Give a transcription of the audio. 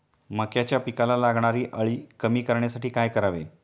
मक्याच्या पिकाला लागणारी अळी कमी करण्यासाठी काय करावे?